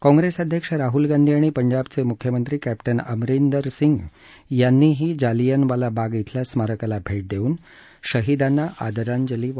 कॉंग्रेस अध्यक्ष राहुल गांधी आणि पंजाबचे मुख्यमंत्री क्ष्किन अमरींदर सिंग यांनीही जालियनवाला बाग खेल्या स्मारकाला भेट देऊन शहीदांना श्रद्धांजली वाहिली